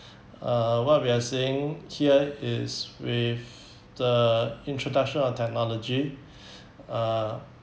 uh what we are saying here is with the introduction of technology uh